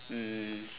um